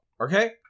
okay